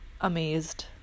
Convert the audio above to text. amazed